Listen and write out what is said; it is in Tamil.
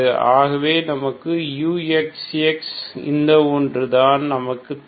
ஆகவே இது நமது uyy இந்த ஒன்று தான் நமக்கு தேவை